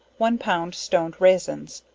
one pound stoned raisins,